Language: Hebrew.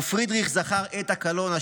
ופרידריך זכר עת הקלון,